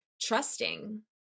trusting